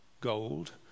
gold